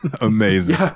Amazing